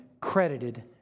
credited